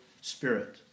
Spirit